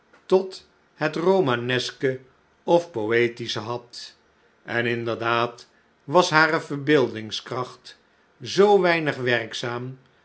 tot het romaneske of poetische had en inderdaad was hare verbeeldingskracht zoo weinig werkzaam